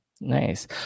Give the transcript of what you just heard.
Nice